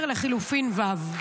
10 לחלופין ו'.